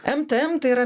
mtm tai yra